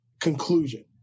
conclusion